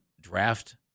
draft